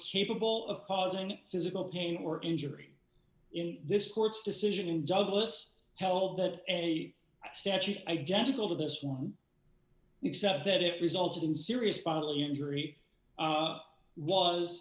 capable of causing physical pain or injury in this court's decision in douglas held that a statute identical to this one except that it resulted in serious bodily injury